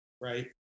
right